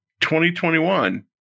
2021